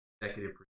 executive